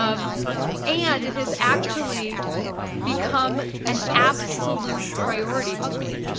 um and it has actually become an absolute priority to me,